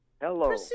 Hello